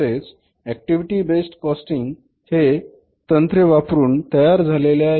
तसेच activity based costing हे cost accounting मधील तंत्र आहे मॅनेजमेण्ट अकाऊण्टिंग मधील नाही